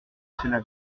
cela